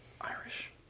Irish